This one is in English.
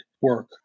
work